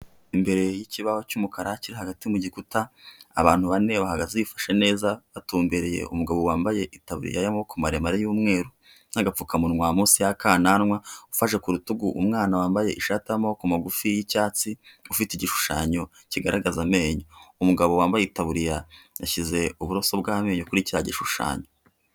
Imbere yikibaho cy'umukara kiri hagati mu gikuta abantu bane bahagaze bifashe neza batumbereye umugabo wambaye itaburiya y'amaboko maremare y'umweru n'agapfukamunwa munsi yakananwa, ufashe ku rutugu umwana wambaye ishati y'amaboko magufi y'icyatsi ufite igishushanyo kigaragaza amenyo. Umugabo wambaye itaburiya yashyize uburoso bw'amenyo kuri cya gishushanyo.